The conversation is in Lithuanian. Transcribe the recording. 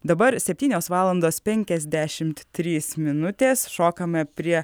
dabar septynios valandos penkiasdešimt trys minutės šokame prie